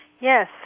Yes